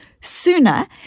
sooner